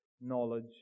knowledge